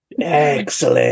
Excellent